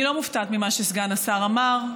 אני לא מופתעת ממה שסגן השר אמר.